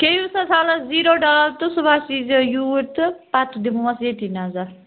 کھیٚہُس حظ حالس زیروڈال تہٕ صُبحس ییٖزیٚو یوٗرۍ تہٕ پتہٕ دِمہوس ییٚتی نظر